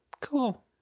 cool